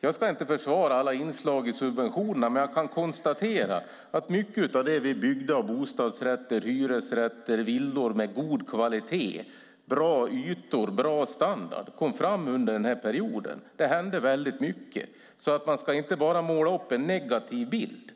Jag ska inte försvara alla inslag i subventionerna, men jag kan konstatera att mycket av det som vi byggde av bostadsrätter, hyresrätter och villor med god kvalitet, bra ytor och bra standard kom fram under den perioden. Det hände väldigt mycket, så man ska inte bara måla upp en negativ bild.